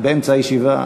באמצע הישיבה.